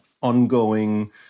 ongoing